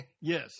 Yes